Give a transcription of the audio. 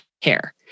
care